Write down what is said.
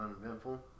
uneventful